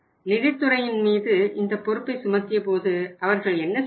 நிதித்துறையின் மீது இந்த பொறுப்பை சுமத்திய போது அவர்கள் என்ன செய்தனர்